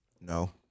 No